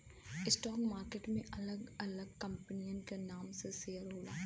stock market में अलग अलग कंपनियन के नाम से शेयर होला